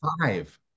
Five